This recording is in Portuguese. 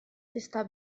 está